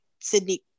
Sydney